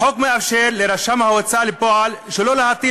החוק מאפשר לרשם ההוצאה לפועל שלא להטיל